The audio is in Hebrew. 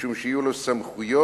משום שיהיו לו סמכויות